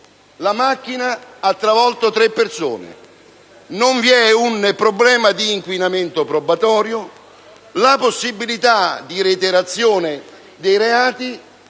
la macchina ha travolto tre persone, non vi è un problema di inquinamento probatorio. Inoltre la possibilità di reiterazione dei reati